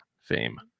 fame